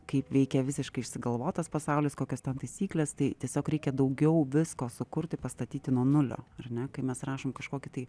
kaip veikia visiškai išsigalvotas pasaulis kokios ten taisyklės tai tiesiog reikia daugiau visko sukurti pastatyti nuo nulio ar ne kai mes rašom kažkokį tai